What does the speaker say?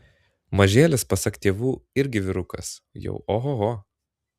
mažėlis pasak tėvų irgi vyrukas jau ohoho